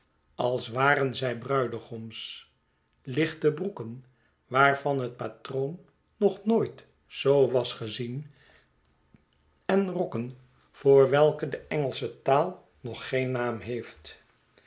als waren zij bruidegoms lichte broeken waarvan het patroon nog nooit zoo was gezien en rokken voor welke de engelsche taal nog geen naam heeft